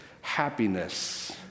happiness